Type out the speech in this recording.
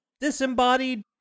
disembodied